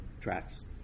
tracks